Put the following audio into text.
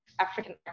African